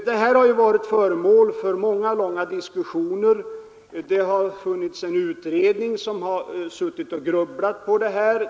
Den frågan har varit föremål för många långa diskussioner, och en utredning har grubblat på den.